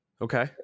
okay